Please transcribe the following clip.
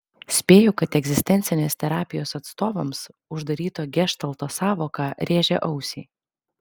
spėju kad egzistencinės terapijos atstovams uždaryto geštalto sąvoka rėžia ausį